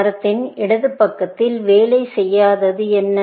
மரத்தின் இடது பக்கத்தில் வேலை செய்யாதது என்ன